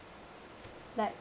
like